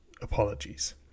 Apologies